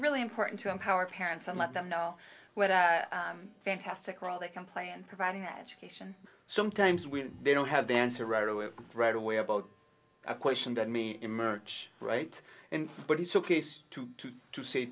really important to empower parents and let them know what a fantastic role they can play in providing education sometimes when they don't have the answer right away right away about a question that mean emerge right in but it's ok to say to